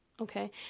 okay